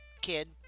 kid